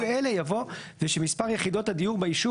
אלה" יבוא "ושמספר יחידות הדיור ביישוב,